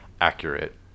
accurate